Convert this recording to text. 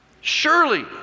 Surely